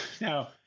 now